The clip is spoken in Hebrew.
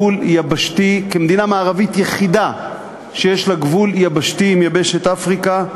כמדינה המערבית היחידה שיש לה גבול יבשתי עם יבשת אפריקה,